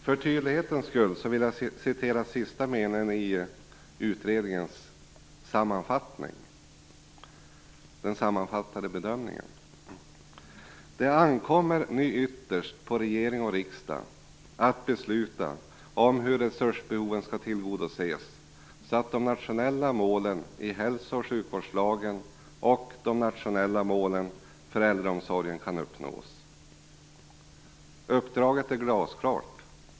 För tydlighetens skull vill jag citera sista meningen i utredningens sammanfattande bedömning: "Det ankommer nu ytterst på regering och riksdag att besluta om hur resursbehoven skall tillgodoses så att de nationella målen i hälso och sjukvårdslagen och de nationella målen för äldreomsorgen kan uppnås." Uppdraget är glasklart.